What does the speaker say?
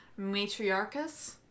Matriarchus